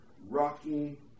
Rocky